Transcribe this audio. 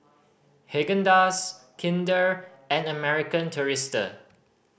Haagen Dazs Kinder and American Tourister